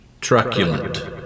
Truculent